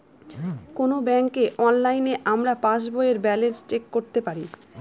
কোনো ব্যাঙ্কে অনলাইনে আমরা পাস বইয়ের ব্যালান্স চেক করতে পারি